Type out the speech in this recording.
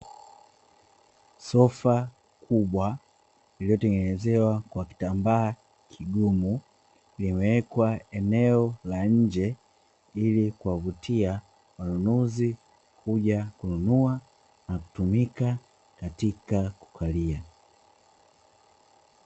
Sofa kubwa niliyotengenezewa kwa kitambaa kigumu vimewekwa eneo la nje ili kuwavutia wanunuzi kuja kununua na kutumika katika kukalia.